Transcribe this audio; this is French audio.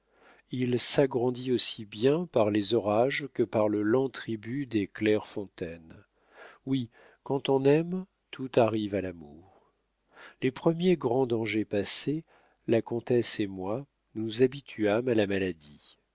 il s'agrandit aussi bien par les orages que par le lent tribut des claires fontaines oui quand on aime tout arrive à l'amour les premiers grands dangers passés la comtesse et moi nous nous habituâmes à la maladie